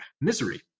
Misery